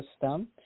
system